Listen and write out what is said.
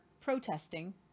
protesting